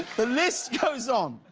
the list goes on!